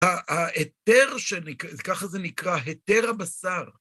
ההיתר, ככה זה נקרא, היתר הבשר,